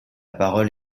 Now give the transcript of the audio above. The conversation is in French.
parole